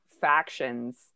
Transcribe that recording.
factions